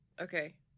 Okay